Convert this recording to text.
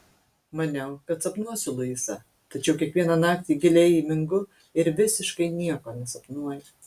maniau kad sapnuosiu luisą tačiau kiekvieną naktį giliai įmingu ir visiškai nieko nesapnuoju